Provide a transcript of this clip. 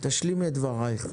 תשלימי את דברייך.